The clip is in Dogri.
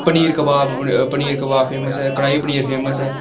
paneer kebab paneer kebab famous ऐ कढ़ाई पनीर फेमस ऐ